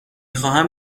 خواهم